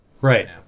Right